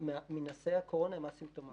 מנשאי הקורונה הם אסימפטומטיים.